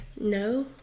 No